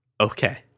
Okay